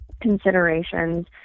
considerations